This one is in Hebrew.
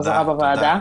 חזרה בוועדה.